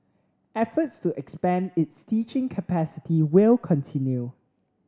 efforts to expand its teaching capacity will continue